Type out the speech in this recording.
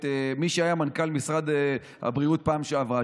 את מי שהיה מנכ"ל משרד הבריאות בפעם שעברה,